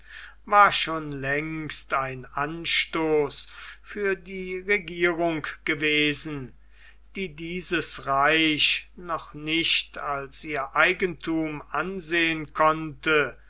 war schon längst ein anstoß für die regierung gewesen die dieses reich noch nicht als ihr eigenthum ansehen konnte